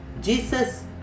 Jesus